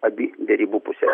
abi derybų puses